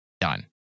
done